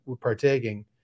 partaking